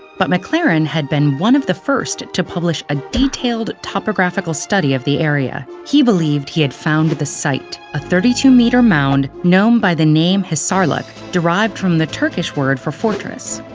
but maclaren had been one of the first to publish a detailed topographical study of the area. he believed he had found the site a thirty two meter mound known by the name hisarlik, derived from the turkish word for fortress.